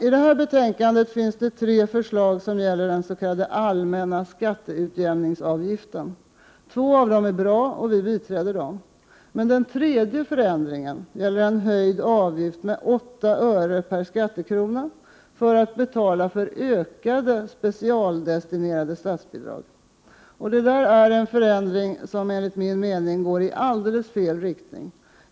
I detta betänkande finns tre förslag som gäller den s.k. allmänna skatteutjämningsavgiften. Två av dem är bra, och vi biträder dem. Den tredje förändringen gäller emellertid en avgiftshöjning med 8 öre per skattekrona för att betala ökade specialdestinerade statsbidrag. Detta är en förändring som enligt min mening går i alldeles fel riktning.